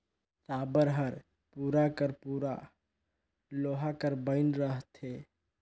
साबर हर पूरा कर पूरा लोहा कर बइन रहथे